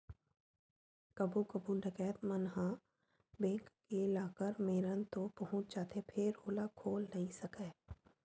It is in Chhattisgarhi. कभू कभू डकैत मन ह बेंक के लाकर मेरन तो पहुंच जाथे फेर ओला खोल नइ सकय